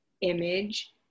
image